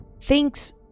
thinks